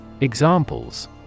Examples